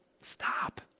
stop